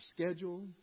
schedule